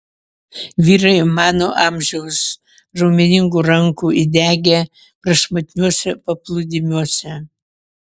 vyrai mano amžiaus raumeningų rankų įdegę prašmatniuose paplūdimiuose